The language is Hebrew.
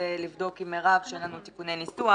לבדוק עם מרב שאין לנו תיקוני ניסוח.